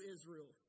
Israel